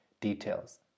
details